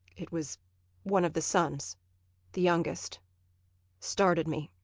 it was one of the sons the youngest started me